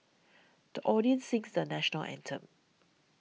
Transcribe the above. the audience sings the National Anthem